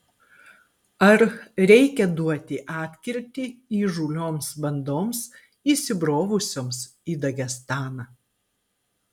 ar reikia duoti atkirtį įžūlioms bandoms įsibrovusioms į dagestaną